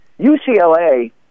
UCLA